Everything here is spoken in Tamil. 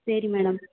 சரி மேடம்